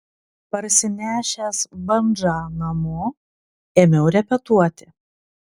parsinešęs bandžą namo ėmiau repetuoti